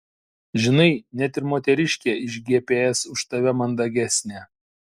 žinai net ir moteriškė iš gps už tave mandagesnė